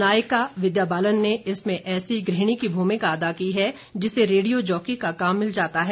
नायिका विद्या बालन ने इसमें ऐसी गृहणी की भूमिका अदा की है जिसे रेडियो जॉकी का काम मिल जाता है